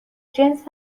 جنس